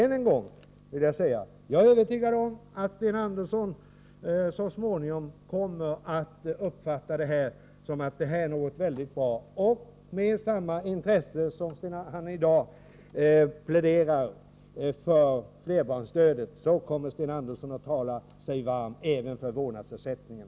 Än en gång vill jag säga att jag är övertygad om att Sten Andersson så småningom kommer att uppfatta detta som ett bra förslag. Med samma stora intresse som han i dag pläderar för flerbarnsstödet kommer Sten Andersson att tala sig varm även för vårdnadsersättningen.